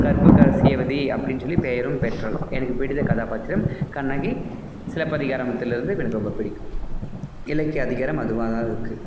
கற்புக்கரசியவதி அப்படின்னு சொல்லி பெயரும் பெற்றாள் எனக்குப் பிடித்த கதாப்பாத்திரம் கண்ணகி சிலப்பதிகாரத்திலிருந்து எனக்கு ரொம்ப பிடிக்கும் இலக்கிய அதிகாரம் அதுவாக தான் இருக்குது